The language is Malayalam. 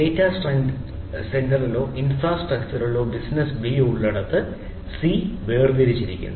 ഡേറ്റാ സെന്ററിലോ ഇൻഫ്രാസ്ട്രക്ചറിലോ ബിസിനസ്സ് ബി ഉള്ളിടത്ത് സി വേർതിരിച്ചിരിക്കുന്നു